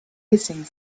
hissing